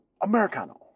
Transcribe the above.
Americano